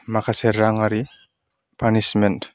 माखासे रांआरि पानिसमेन